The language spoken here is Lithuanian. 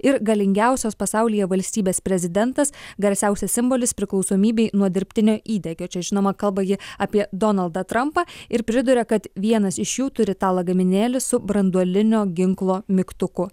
ir galingiausios pasaulyje valstybės prezidentas garsiausias simbolis priklausomybei nuo dirbtinio įdegio čia žinoma kalba ji apie donaldą trampą ir priduria kad vienas iš jų turi tą lagaminėlį su branduolinio ginklo mygtuku